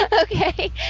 Okay